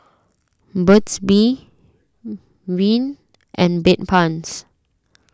Burt's Bee Rene and Bedpans